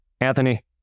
anthony